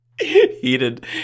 Heated